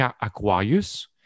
Aquarius